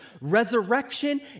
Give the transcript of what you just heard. Resurrection